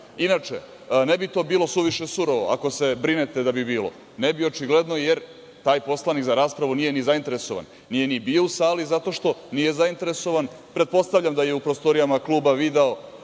ne bi to bilo suviše surovo ako se brinete da bi bilo. Ne bi jer očigledno taj poslanik za raspravu nije zainteresovan. Nije ni bio u sali zato što nije zainteresovan. Pretpostavljam da je u prostorijama kluba vidao